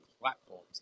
platforms